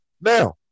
Now